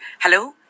hello